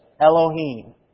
Elohim